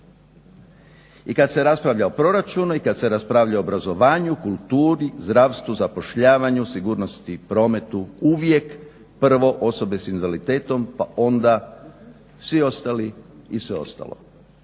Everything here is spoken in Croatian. I kad se raspravlja o proračunu i kad se raspravlja o obrazovanju, kulturi, zdravstvu, zapošljavanju, sigurnosti, prometu uvijek prvo osobe s invaliditetom pa onda svi ostali i sve ostalo.